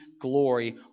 glory